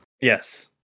Yes